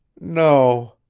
no,